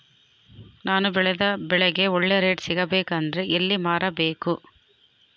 ನಾನು ಬೆಳೆದ ಬೆಳೆಗೆ ಒಳ್ಳೆ ರೇಟ್ ಸಿಗಬೇಕು ಅಂದ್ರೆ ಎಲ್ಲಿ ಮಾರಬೇಕು?